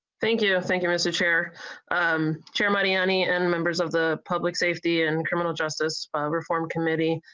thank you thank you. mister chairman um chairman annie and members of the public safety and criminal justice reform committee.